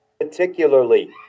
particularly